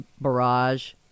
barrage